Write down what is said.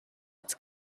its